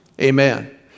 Amen